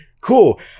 cool